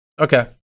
Okay